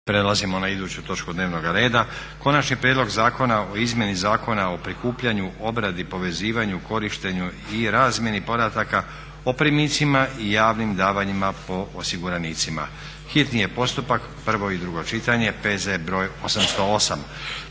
Prelazimo na iduću točku dnevnoga reda. - Konačni prijedlog zakona o izmjeni Zakona o prikupljanju, obradi, povezivanju, korištenju i razmjeni podataka o primicima i javnim davanjima po osiguranicima, hitni postupak, prvo i drugo čitanje, P.Z. br. 808.